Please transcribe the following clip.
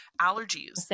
allergies